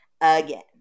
again